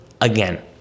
again